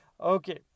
Okay